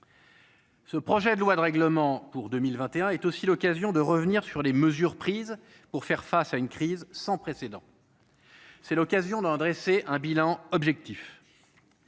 Ce projet de loi de règlement pour 2021 est aussi l'occasion de revenir sur les mesures prises pour faire face à une crise sans précédent. C'est l'occasion d'en dresser un bilan objectif